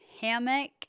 hammock